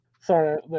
Sorry